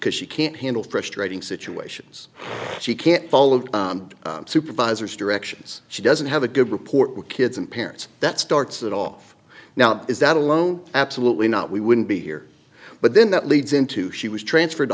because she can't handle fresh writing situations she can't fall of supervisors directions she doesn't have a good report with kids and parents that starts it off now is that alone absolutely not we wouldn't be here but then that leads into she was transferred t